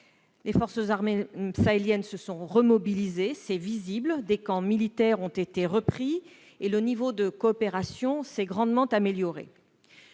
ces forces armées sahéliennes est visible. Des camps militaires ont été repris et le niveau de coopération s'est grandement amélioré.